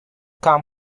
come